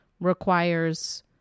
requires